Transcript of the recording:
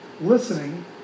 listening